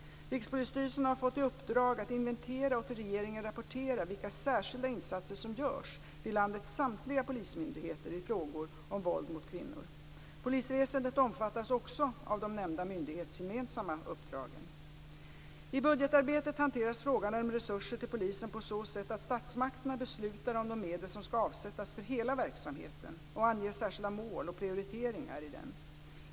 Rikspolisstyrelsen har fått i uppdrag att inventera och till regeringen rapportera vilka särskilda insatser som görs vid landets samtliga polismyndigheter i frågor om våld mot kvinnor. Polisväsendet omfattas också av de nämnda myndighetsgemensamma uppdragen. I budgetarbetet hanteras frågan om resurser till polisen på så sätt att statsmakterna beslutar om de medel som skall avsättas för hela verksamheten och anger särskilda mål och prioriteringar i denna.